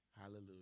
Hallelujah